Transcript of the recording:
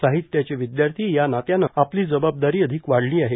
साहित्याचे विद्यार्थी या नात्याने आपली जबाबदारी अधिक वाढली आहे